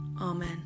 Amen